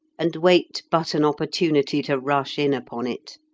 and wait but an opportunity to rush in upon it.